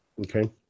Okay